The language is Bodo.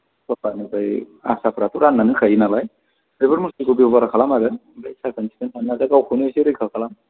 दस्रानिफ्राय आसाफोराथ' राननानै होखायो नालाय बेफोर मुस्रिखौ बेबहार खालाम आरो ओमफ्राय साखोन सिखोन थाना गावखौनो इसे रैखा खालाम